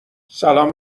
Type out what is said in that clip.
سلام